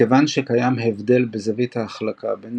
מכיוון שקיים הבדל בזווית ההחלקה בין